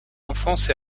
enfance